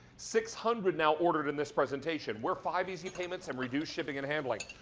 six hundred now ordered in this presentation. we're five easy payments and reduced shipping and handling.